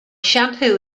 shampoo